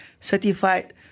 certified